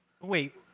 wait